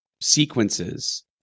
sequences